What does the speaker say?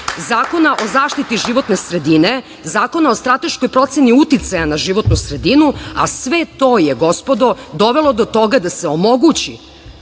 Zakona o zaštiti životne sredine, Zakona o strateškoj proceni uticaja na životnu sredinu, a sve to je, gospodo, dovelo do toga da se omogući